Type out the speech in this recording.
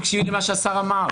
תקשיבי למה שהשר אמר.